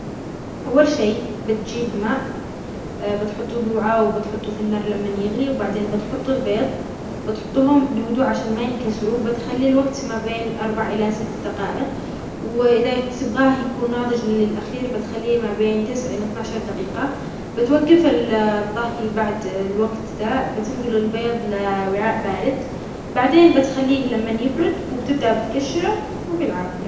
اول شي بتجيب ماء بتحطوه بوعاء وبتحطوه في النار لمن يغلي وبعدين بتحطو البيض بتحطوهم بهدوء عشان ما ينكسرو بتخلي الوقت ما بين اربع الى ست دقائق واذا تبغاه يكون ناضج للاخير بتخليه ما بين تسع الى اتناشر دقيقة بتوقف ال- الطهي بعد الوقت دا بتنقل البيض لوعاء بارد بعدين بتخليه لمن يبرد وبتده بتقشره وبالعافية